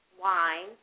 Wine